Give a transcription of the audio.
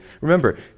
Remember